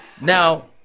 Now